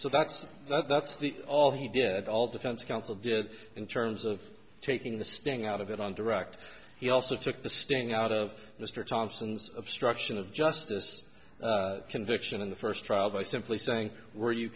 so that's that's the all he did all defense counsel did in terms of taking the sting out of it on direct he also took the sting out of mr johnson's obstruction of justice conviction in the first trial by simply saying were you